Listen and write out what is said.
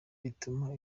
bituma